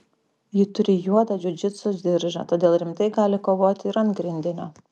ji turi juodą džiudžitsu diržą todėl rimtai gali kovoti ir ant grindinio